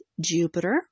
Jupiter